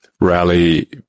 rally